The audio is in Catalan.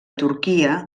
turquia